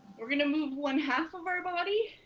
we're gonna move one-half of our body.